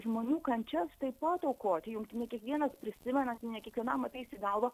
žmonių kančias taip pat aukoti juk ne kiekvienas prisimena ir ne kiekvienam ateis į galvą